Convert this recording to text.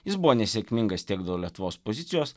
jis buvo nesėkmingas tiek dėl lietuvos pozicijos